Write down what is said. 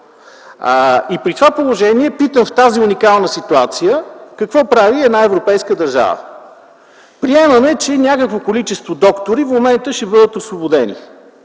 При това положение питам: в тази уникална ситуация какво прави една европейска държава? Приемаме, че някакво количество доктори в момента ще бъдат освободени.